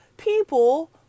People